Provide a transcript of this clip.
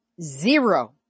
Zero